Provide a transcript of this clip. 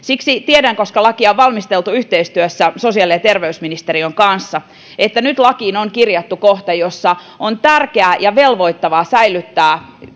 koska lakia on valmisteltu yhteistyössä sosiaali ja terveysministeriön kanssa tiedän että nyt lakiin on kirjattu kohta jonka mukaan on tärkeää ja velvoittavaa säilyttää